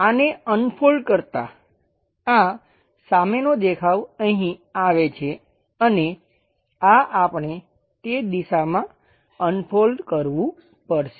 આને અનફોલ્ડ કરતાં આ સામેનો દેખાવ અહીં આવે છે અને આ આપણે તે દિશામાં અનફોલ્ડ કરવું પડશે